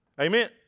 Amen